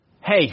hey